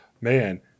man